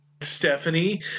Stephanie